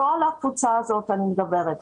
אבל לא על הקבוצה הזאת אני מדברת.